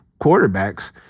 quarterbacks